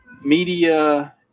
media